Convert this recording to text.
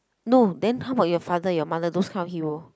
no then how about your father your mother those kind of hero